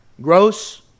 gross